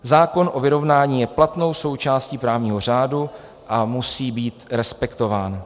Zákon o vyrovnání je platnou součástí právního řádu a musí být respektován.